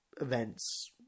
events